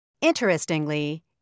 Interestingly